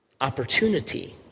opportunity